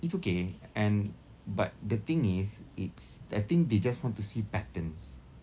it's okay and but the thing is it's I think they just want to see patterns